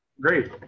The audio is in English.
Great